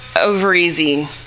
over-easy